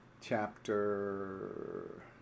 chapter